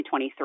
2023